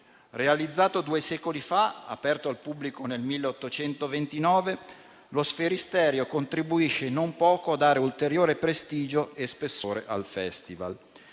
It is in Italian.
Realizzato due secoli fa, aperto al pubblico nel 1829, lo Sferisterio contribuisce non poco a dare ulteriore prestigio e spessore al Festival.